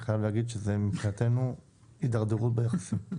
אני חייב להגיד שזה מבחינתנו התדרדרות ביחסים.